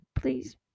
please